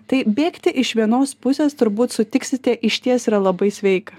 tai bėgti iš vienos pusės turbūt sutiksite išties yra labai sveika